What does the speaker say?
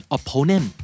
Opponent